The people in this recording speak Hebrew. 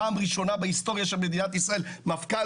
פעם ראשונה בהיסטוריה של מדינת ישראל מפכ"ל